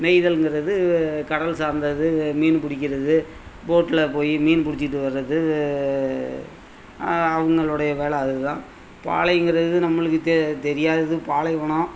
நெய்தல்ங்கிறது கடல் சார்ந்தது மீன் பிடிக்கிறது போடல போய் மீன் பிடிச்சிக்கிட்டு வர்றது அவங்களுடைய வேலை அது தான் பாலைங்கிறது நம்மளுக்கு தெ தெரியாதது பாலைவனம்